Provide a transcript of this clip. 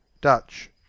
dutch